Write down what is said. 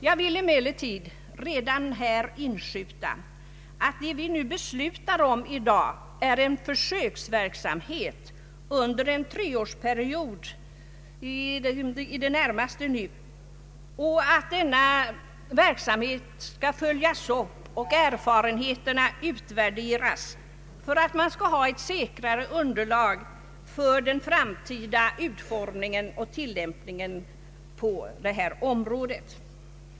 Jag vill emellertid redan här inskjuta att det vi i dag beslutar om är en försöksverksamhet under en treårsperiod och att denna verksamhet skall följas upp och erfarenheterna utvärderas för att man skall ha ett säkrare underlag för den framtida utformningen och tillämpningen av bestämmelserna på detta område.